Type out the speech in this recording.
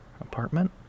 apartment